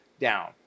down